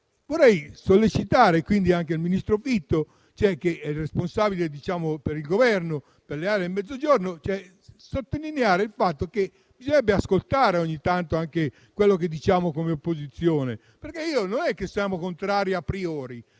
Vorrei sollecitare quindi anche il ministro Fitto, che è il responsabile per il Governo per le aree del Mezzogiorno, sottolineando il fatto che bisognerebbe ascoltare ogni tanto anche quello che diciamo come opposizione, perché siamo contrari *a priori*.